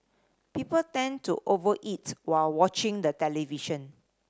people tend to over eat while watching the television